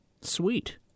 Sweet